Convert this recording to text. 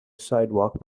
sidewalk